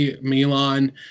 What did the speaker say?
Milan